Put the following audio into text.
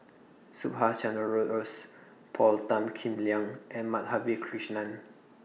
Subhas Chandra Bose Paul Tan Kim Liang and Madhavi Krishnan